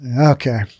Okay